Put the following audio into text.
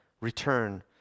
Return